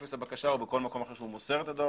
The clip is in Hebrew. בטופס הבקשה או בכל מקום אחר שהוא מוסר את הדואר